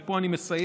פה אני מסיים,